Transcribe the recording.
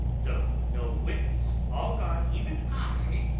though no wits, all gone even i,